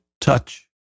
touch